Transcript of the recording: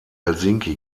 helsinki